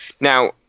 Now